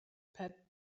pet